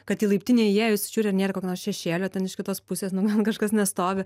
kad į laiptinę įėjus žiūriu ar nėra kokio nors šešėlio ten iš kitos pusės kažkas nestovi